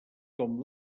com